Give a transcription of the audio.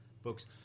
books